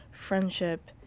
friendship